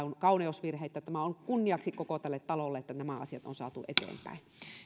kauneusvirheitä tämä on kunniaksi koko tälle talolle että nämä asiat on saatu eteenpäin